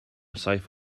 saith